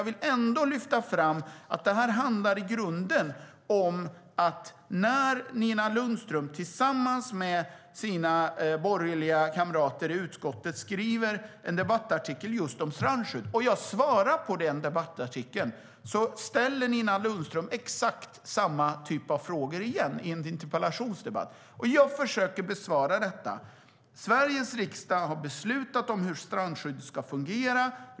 I grunden handlar det om att Nina Lundström tillsammans med sina borgerliga kamrater i utskottet skriver en debattartikel om strandskydd, och när jag svarar på den debattartikeln ställer Nina Lundström i en interpellation exakt samma frågor igen. Jag försöker besvara detta. Sveriges riksdag har beslutat om hur strandskyddet ska fungera.